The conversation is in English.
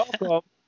welcome